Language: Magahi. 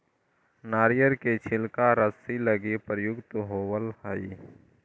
नरियर के छिलका रस्सि लगी प्रयुक्त होवऽ हई